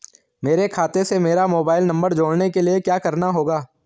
मेरे खाते से मेरा मोबाइल नम्बर जोड़ने के लिये क्या करना होगा?